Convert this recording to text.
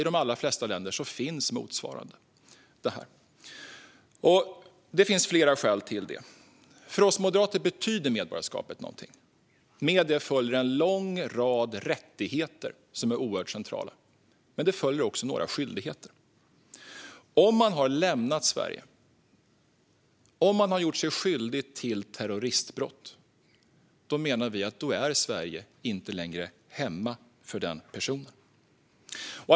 I de allra flesta länder finns något motsvarande. Det finns flera skäl till mitt förslag. För oss moderater betyder medborgarskapet något. Med det följer en lång rad rättigheter som är oerhört centrala. Men det följer även några skyldigheter. Om man har lämnat Sverige och gjort sig skyldig till terroristbrott är Sverige inte längre hemma för denna person, menar vi.